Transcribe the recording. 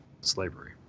slavery